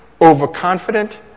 overconfident